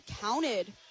counted